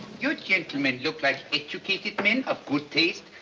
you gentlemen look like educated men of good taste.